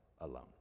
alone